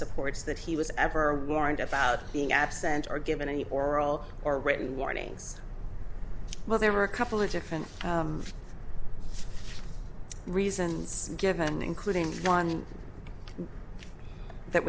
supports that he was ever warned about being absent or given any oral or written warnings well there were a couple of different reasons given including one that